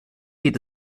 geht